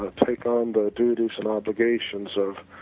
ah take on the duties and obligations of